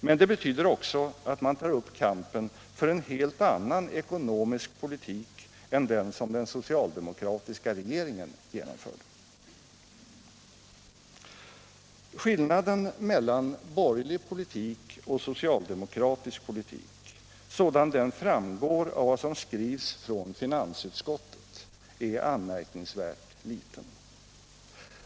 Men det betyder också att man tar upp kampen för en helt annan ekonomisk politik än den som den socialdemokratiska regeringen genomförde. Skillnaden mellan borgerlig politik och socialdemokratisk politik, sådan den framgår av vad som skrivs från finansutskottet, är anmärkningsvärt liten.